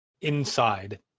inside